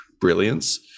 brilliance